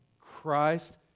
Christ